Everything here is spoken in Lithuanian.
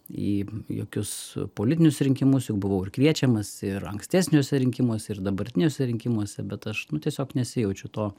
į jokius politinius rinkimus juk buvau ir kviečiamas ir ankstesniuose rinkimuose ir dabartiniuose rinkimuose bet aš nu tiesiog nesijaučiu to